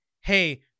hey